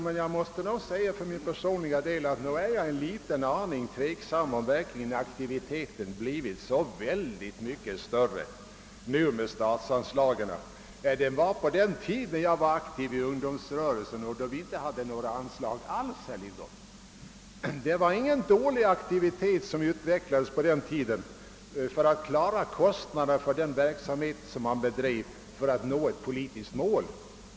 Men jag måste nog säga att jag för min personliga del är en aning tveksam om huruvida aktiviteten verkligen blivit så särskilt mycket större sedan statsanslagen kom till än de var på den tiden då jag var aktiv inom ungdomsrörelsen och då vi inte hade några anslag alls, herr Lindholm! Det var ingen dålig aktivitet som utvecklades på den tiden för att kunna bestrida kostnaderna för den verksamhet som vi bedrev för att nå ett politiskt mål.